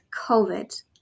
COVID